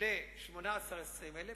ל-18,000 20,000,